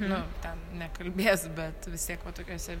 nu ten nekalbės bet vis tiek va tokiose